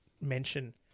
mention